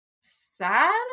sad